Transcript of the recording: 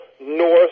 north